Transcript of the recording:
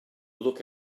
look